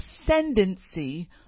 ascendancy